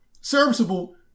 serviceable